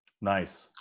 nice